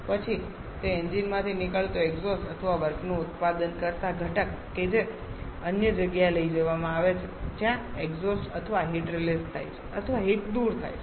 પછી તે એન્જિનમાંથી નીકળતો એક્ઝોસ્ટ અથવા વર્કનું ઉત્પાદન કરતા ઘટક કે જે અન્ય જગ્યાએ લઈ જવામાં આવે છે જ્યાં એક્ઝોસ્ટ અથવા હીટ રીલીઝ થાય છે અથવા હીટ દૂર થાય છે